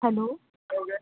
hello